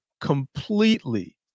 completely